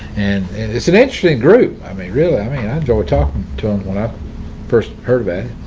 and it's an interesting group. i mean, really, i mean, i enjoy talking to him when i first heard of a,